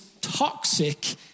toxic